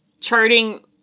charting